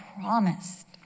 promised